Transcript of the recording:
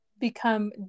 become